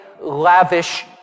lavish